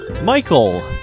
michael